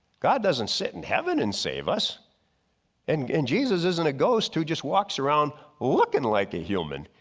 god doesn't sit in heaven and save us and and jesus isn't a ghost who just walks around looking like a human.